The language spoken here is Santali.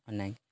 ᱚᱱᱟᱜᱮ